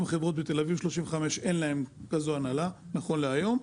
גם לחברות בתל-אביב אין כזאת הנהלה נכון להיום.